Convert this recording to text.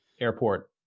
airport